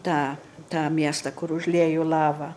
tą tą miestą kur užliejo lava